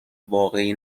واقعی